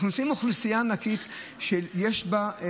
זו אוכלוסייה ענקית שיש בה,